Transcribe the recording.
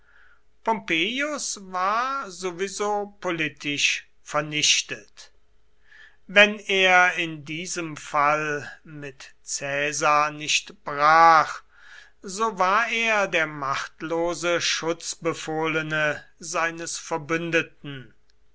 pompeius war sowieso politisch vernichtet wenn er in diesem fall mit caesar nicht brach so war er der machtlose schutzbefohlene seines verbündeten